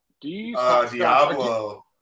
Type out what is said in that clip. Diablo